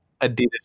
Adidas